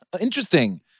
interesting